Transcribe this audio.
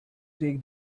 take